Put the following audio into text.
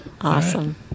Awesome